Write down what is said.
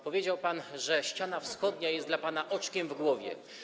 Powiedział pan, że ściana wschodnia jest dla pana oczkiem w głowie.